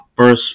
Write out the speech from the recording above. first